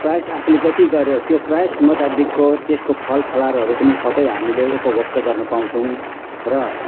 प्रयास आफूले जति गर्यो त्यो प्रयास मुताबिकको त्यसको फल फलारहरू पनि सबै हामीले उपभोग त गर्न पाउँछौँ र